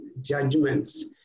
judgments